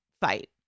fight